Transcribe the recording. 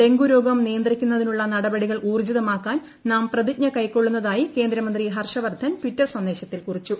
dengue രോഗം നിയന്ത്രിക്കുന്നതിനുള്ള നടപടികൾ ഊർജ്ജിതമാക്കാൻ നാം പ്രതിജ്ഞ കൈക്കൊള്ളുന്നതായി കേന്ദ്രമന്ത്രി ഹർഷവർദ്ധൻ ട്വിറ്റർ സന്ദേശത്തിൽ കുറിച്ചു